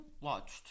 watched